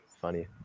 funny